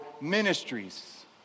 ministries